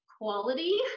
quality